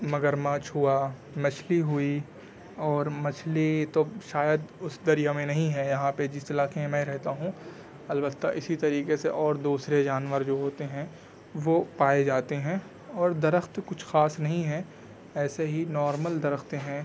مگر مچھ ہوا مچھلی ہوئی اور مچھلی تو شاید اس دریا میں نہیں ہے یہاں پہ جس علاقے میں میں رہتا ہوں البتہ اسی طریقے سے اور دوسرے جانور جو ہوتے ہیں وہ پائے جاتے ہیں اور درخت کچھ خاص نہیں ہیں ایسے ہی نارمل درخت ہیں